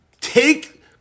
take